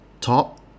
top